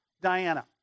Diana